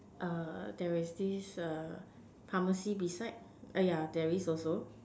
err there is this err pharmacy beside err yeah there is also